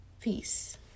Peace